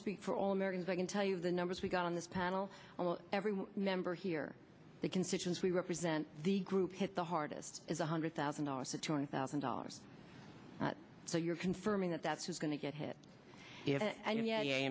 speak for all americans i can tell you the numbers we got on this panel every member here the constituents we represent the group hit the hardest is one hundred thousand dollars to twenty thousand dollars so you're confirming that that's is going to get hit